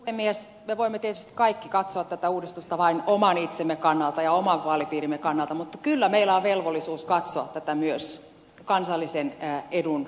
me voimme tietysti kaikki katsoa tätä uudistusta vain oman itsemme kannalta ja oman vaalipiirimme kannalta mutta kyllä meillä on velvollisuus katsoa tätä myös kansallisen edun kannalta